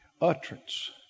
utterance